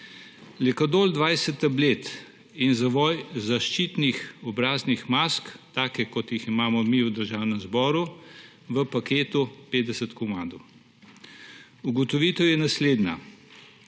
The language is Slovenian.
Lekadol, 20 tablet, in zavoj zaščitnih obraznih mask, take, kot jih imamo mi v Državnem zboru, v paketu 50 komadov. Ugotovitev je naslednja.